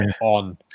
on